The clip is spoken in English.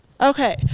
Okay